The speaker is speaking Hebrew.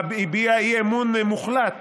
הביעה אי-אמון מוחלט